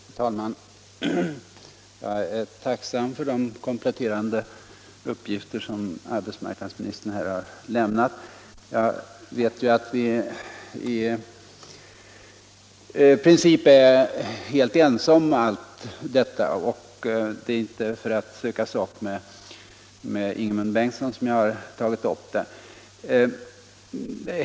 Herr talman! Jag är tacksam för de kompletterande uppgifter som arbetsmarknadsministern här har lämnat. Jag vet att vi i princip är helt ense om allt detta och det är inte för att söka sak med Ingemund Bengtsson som jag har tagit upp problemet.